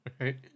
Right